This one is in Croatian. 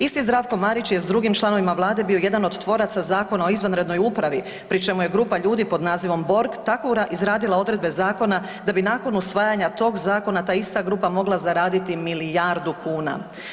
Isti Zdravko Marić je s drugim članovima vlade bio jedan od tvoraca Zakona o izvanrednoj upravi pri čemu je grupa ljudi pod nazivom Borg tako izradila odredbe zakona da bi nakon usvajanja tog zakona ta ista grupa mogla zaraditi milijardu kuna.